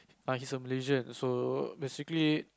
err he's a Malaysian so basically